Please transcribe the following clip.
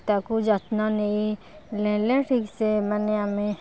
ତାକୁ ଯତ୍ନ ନେଇ ନେଲେ ଠିକ୍ ସେ ମାନେ ଆମେ